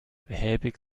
behäbig